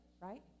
right